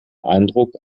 eindruck